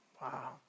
Wow